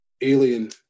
alien